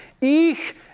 Ich